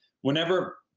whenever